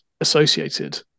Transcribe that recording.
Associated